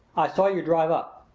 i saw you drive up.